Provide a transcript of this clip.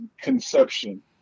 conception